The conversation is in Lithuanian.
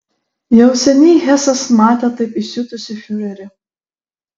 jau seniai hesas matė taip įsiutusį fiurerį